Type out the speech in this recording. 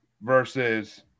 Versus